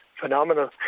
phenomenal